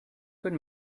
good